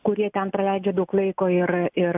kurie ten praleidžia daug laiko ir ir